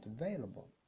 available